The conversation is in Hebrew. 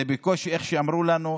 כמו שאמרו לנו,